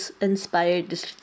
inspired